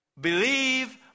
Believe